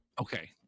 Okay